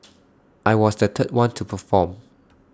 I was the third one to perform